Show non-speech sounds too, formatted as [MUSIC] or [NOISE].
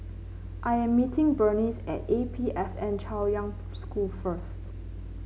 I am meeting Berneice at A P S N Chaoyang [UNINTELLIGIBLE] School first